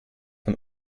von